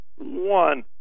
one